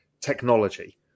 technology